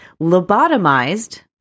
lobotomized